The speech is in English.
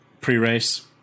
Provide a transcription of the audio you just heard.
pre-race